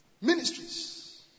Ministries